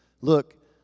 Look